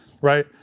right